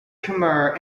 khmer